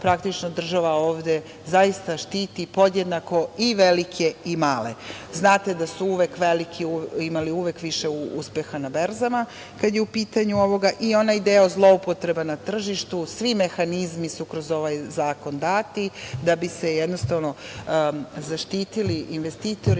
Praktično, država ovde zaista štiti podjednako i velike i male. Znate da su uvek veliki imali uvek više uspeha na berzama kad je u pitanju ovo i onaj deo zloupotreba na tržištu, svi mehanizmi su kroz ovaj zakon dati, da bi se jednostavno zaštitili investitori